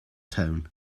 tone